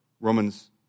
Romans